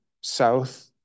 south